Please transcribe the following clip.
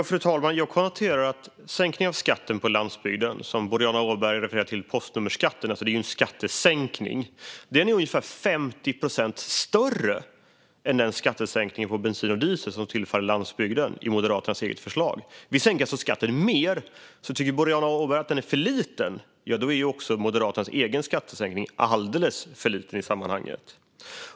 Fru talman! Jag konstaterar att sänkningen av skatten på landsbygden - det som Boriana Åberg refererar till som "postnummerskatten" - alltså är en skattesänkning. Den är ungefär 50 procent större än den skattesänkning på bensin och diesel som tillfaller landsbygden i Moderaternas eget förslag. Vi sänker alltså skatten mer. Tycker Boriana Åberg att sänkningen är för liten är Moderaternas egen skattesänkning alltså alldeles för liten i sammanhanget.